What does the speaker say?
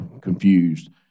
confused